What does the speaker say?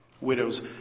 Widows